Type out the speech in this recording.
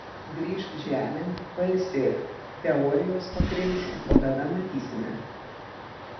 grįžk žemėn pailsėk teorijos pakrimsk o tada matysime